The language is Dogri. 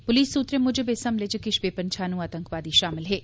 पुलस सुत्रें मुजब इस हमले इच किष बे पन्छानू आतंकवादी षामिल हे